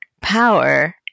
power